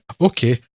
okay